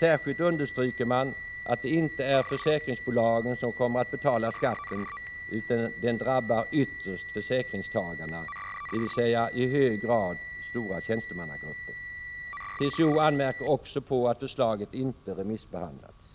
Särskilt understryker man att det inte är försäkringsbolagen som kommer att betala skatten, utan att den drabbar ytterst försäkringstagarna, dvs. i hög grad stora tjänstemannagrupper. TCO anmärker också på att förslaget inte remissbehandlats.